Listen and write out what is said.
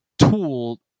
tool